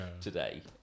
today